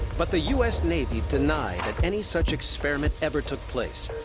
but the u s. navy deny that any such experiment ever took place.